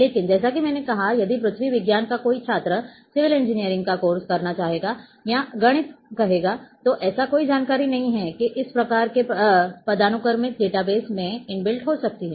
लेकिन जैसा कि मैंने कहा है कि यदि पृथ्वी विज्ञान का कोई छात्र सिविल इंजीनियरिंग का कोर्स करना चाहेगा या गणित कहेगा तो ऐसी कोई जानकारी नहीं है जो इस प्रकार के पदानुक्रमित डेटाबेस में इनबिल्ट हो सकती है